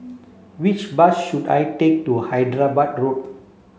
which bus should I take to Hyderabad Road